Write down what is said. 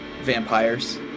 vampires